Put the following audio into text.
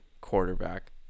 quarterback